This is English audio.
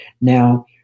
now